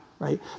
right